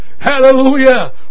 Hallelujah